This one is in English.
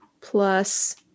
plus